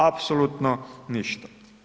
Apsolutno n išta.